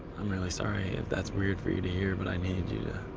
i'm really sorry if that's weird for you to hear but i need you to